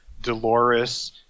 Dolores